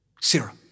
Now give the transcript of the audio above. Sarah